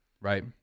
Right